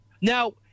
Now